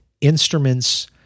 instruments